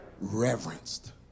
Reverenced